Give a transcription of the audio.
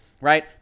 right